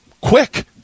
quick